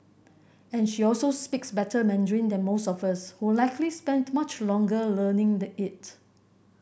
and she also speaks better Mandarin than most of us who likely spent much longer learning the it